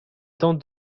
tentent